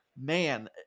man